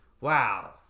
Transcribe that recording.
wow